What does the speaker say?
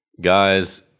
Guys